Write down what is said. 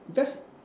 just